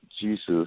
Jesus